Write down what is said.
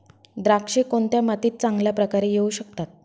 द्राक्षे कोणत्या मातीत चांगल्या प्रकारे येऊ शकतात?